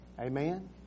Amen